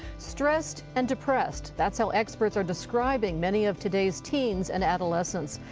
stressed and depressed that's how experts are describing many of today's teens and adolescents.